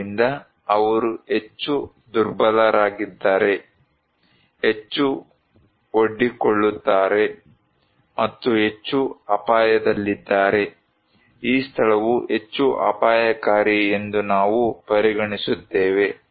ಆದ್ದರಿಂದ ಅವರು ಹೆಚ್ಚು ದುರ್ಬಲರಾಗಿದ್ದಾರೆ ಹೆಚ್ಚು ಒಡ್ಡಿಕೊಳ್ಳುತ್ತಾರೆ ಮತ್ತು ಹೆಚ್ಚು ಅಪಾಯದಲ್ಲಿದ್ದಾರೆ ಈ ಸ್ಥಳವು ಹೆಚ್ಚು ಅಪಾಯಕಾರಿ ಎಂದು ನಾವು ಪರಿಗಣಿಸುತ್ತೇವೆ